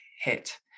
hit